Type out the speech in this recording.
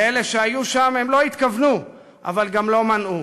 לאלה שהיו שם, הם לא התכוונו אבל גם לא מנעו.